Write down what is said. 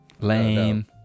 Lame